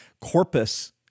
corpus